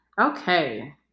Okay